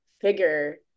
figure